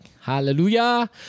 Hallelujah